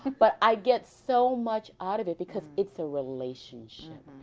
but i get so much out of it because it's a relationship.